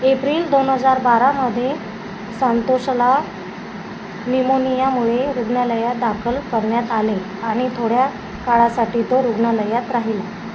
April दोन हजार बारामध्ये सांतोषला निमोनियामुळे रुग्णालयात दाखल करण्यात आले आणि थोड्या काळासाठी तो रुग्णालयात राहिला